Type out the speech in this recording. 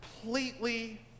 completely